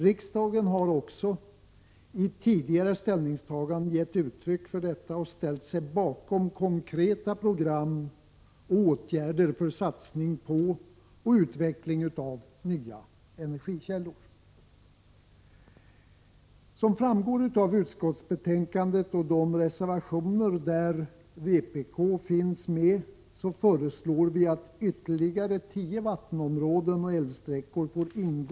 Riksdagen har också i tidigare ställningstaganden gett uttryck för detta och ställt sig bakom konkreta program och åtgärder för satsning på och utveckling av nya energikällor. Som framgår av utskottsbetänkandet och de reservationer där vpk finns med föreslår vi att ytterligare tio vattenområden och älvsträckor får ingå i Prot.